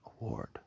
Award